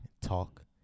Talk